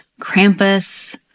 Krampus